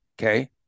Okay